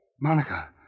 Monica